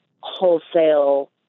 wholesale